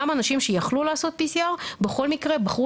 גם אנשים שיכלו לעשות PCR בכל מקרה בחרו